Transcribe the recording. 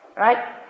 Right